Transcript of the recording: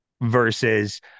versus